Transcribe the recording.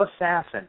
assassin